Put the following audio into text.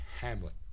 Hamlet